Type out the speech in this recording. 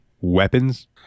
weapons